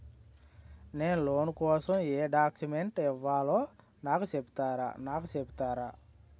నేను లోన్ కోసం ఎం డాక్యుమెంట్స్ ఇవ్వాలో నాకు చెపుతారా నాకు చెపుతారా?